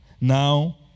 Now